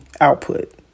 output